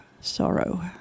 sorrow